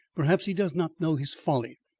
perhaps he does not know his folly.